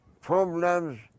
problems